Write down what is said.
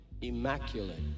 immaculate